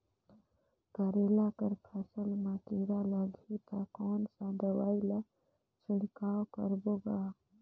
करेला कर फसल मा कीरा लगही ता कौन सा दवाई ला छिड़काव करबो गा?